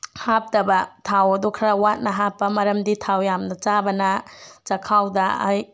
ꯍꯥꯞꯇꯕ ꯊꯥꯎ ꯑꯗꯣ ꯈꯔ ꯋꯥꯠꯅ ꯍꯥꯞꯄ ꯃꯔꯝꯗꯤ ꯊꯥꯎ ꯌꯥꯝꯅ ꯆꯥꯕꯅ ꯆꯥꯛꯈꯥꯎꯗ ꯑꯩ